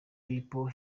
people